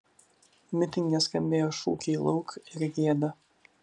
mitinge skambėjo šūkiai lauk ir gėda